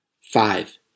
Five